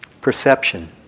Perception